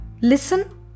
Listen